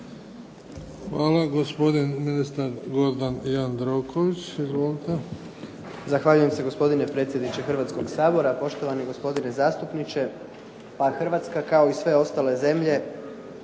Hvala. Gospodin ministar Gordan Jandroković.